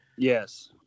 Yes